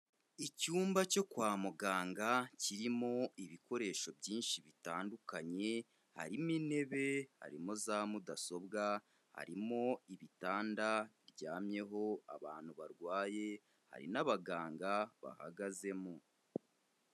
Icyumba cyo kwa muganga kirimo ibikoresho byinshi bitandukanye, harimo intebe, harimo za mudasobwa, harimo ibitanda biryamyeho abantu barwaye, hari n'abaganga bahagazemo.